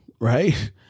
right